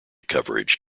coverage